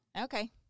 Okay